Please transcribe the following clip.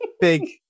big